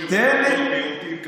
מדינות שמכבדות את המיעוטים כמונו.